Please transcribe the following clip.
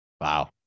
Wow